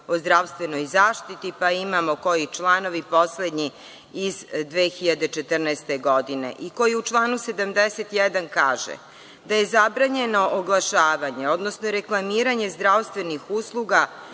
o zdravstvenoj zaštiti, pa imamo koji članovi, poslednji iz 2014. godine, i koji u članu 71. kaže da je zabranjeno oglašavanje, odnosno reklamiranje zdravstvenih usluga,